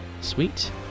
Sweet